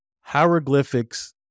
Hieroglyphics